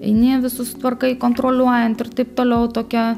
eini visus sutvarkai kontroliuojanti ir taip toliau tokia